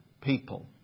people